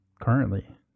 currently